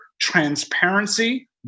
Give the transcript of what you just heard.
transparency